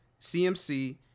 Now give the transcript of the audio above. CMC